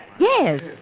Yes